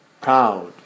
proud